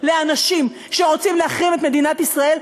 לאנשים שרוצים להחרים את מדינת ישראל,